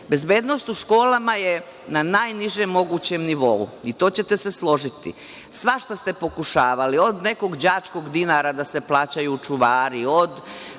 bezbednost u školama je na najnižem mogućem nivou i to ćete se složiti. Svašta ste pokušavali. Od nekog đačkog dinara da se plaćaju čuvari, od